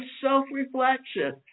self-reflection